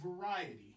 variety